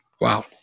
Wow